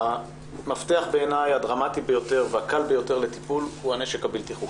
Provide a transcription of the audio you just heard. המפתח הדרמטי בעיניי והקל ביותר לטיפול הוא הנשק הבלתי-חוקי.